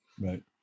Right